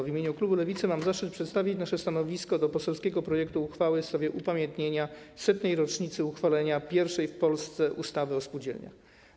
W imieniu klubu Lewicy mam zaszczyt przedstawić nasze stanowisko odnośnie do poselskiego projektu uchwały w sprawie upamiętnienia setnej rocznicy uchwalenia pierwszej w Polsce ustawy o spółdzielniach.